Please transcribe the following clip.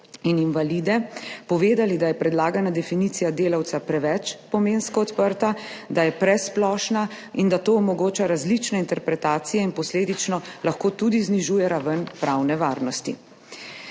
in invalide povedali, da je predlagana definicija delavca preveč pomensko odprta, da je presplošna in da to omogoča različne interpretacije in posledično lahko tudi znižuje raven pravne varnosti.